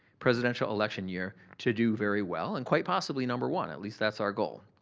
presidential election year to do very well and quite possibly number one, at least that's our goal.